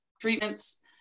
treatments